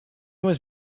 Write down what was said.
was